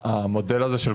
המוניציפאלי.